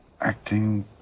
acting